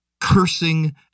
cursing